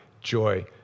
joy